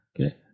okay